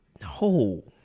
No